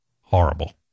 horrible